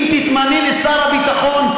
אם תתמני לשר הביטחון,